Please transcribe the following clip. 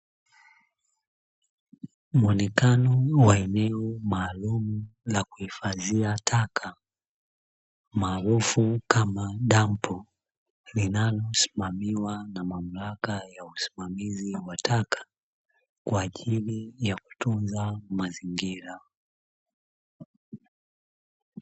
Muonekano wa eneo maalum la kuhifadhia taka maarufu kama dampo, linalosimamiwa na mamlaka ya usimamizi wa taka kwa ajili ya kutunza mazingira.